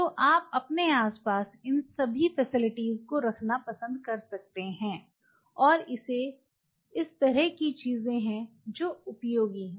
तो आप अपने आस पास इन सभी फैसिलिटीज को रखना पसंद कर सकते हैं और ये इस तरह की चीजें हैं जो उपयोगी हैं